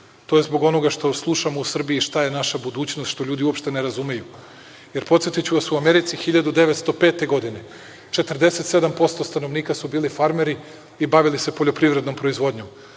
to je zbog onoga što slušamo u Srbiji šta je naša budućnost, što ljudi uopšte ne razumeju, jer, podsetiću vas, u Americi 1905. godine 47% stanovnika su bili farmeri i bavili se poljoprivrednom proizvodnjom.